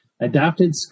Adapted